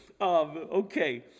Okay